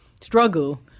struggle